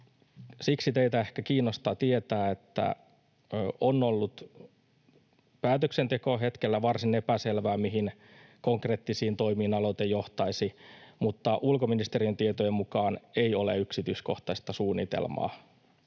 Siksi teitä ehkä kiinnostaa tietää, että on ollut päätöksentekohetkellä varsin epäselvää, mihin konkreettisiin toimiin aloite johtaisi, ja ulkoministeriön tietojen mukaan ei ole yksityiskohtaista suunnitelmaa